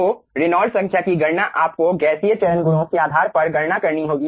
तो रेनॉल्ड्स संख्या की गणना आपको गैसीय चरण गुणों के आधार पर गणना करनी होगी